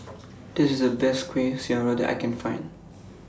This IS The Best Kuih Syara that I Can Find